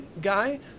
guy